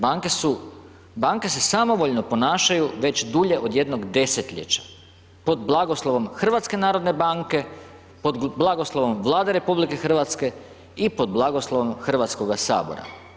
Banke su, banke se samovoljno ponašaju već dulje od jednog desetljeća, pod blagoslovom HNB-a, pod blagoslovom Vlade RH i pod blagoslovom Hrvatskoga sabora.